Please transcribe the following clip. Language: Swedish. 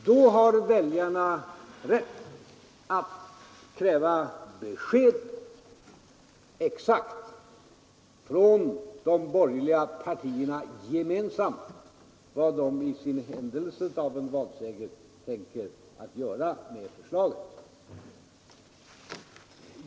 Då har väljarna rätt att kräva exakt besked från de borgerliga partierna gemensamt om vad de i händelse av en valseger tänker göra med förslaget.